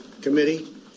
committee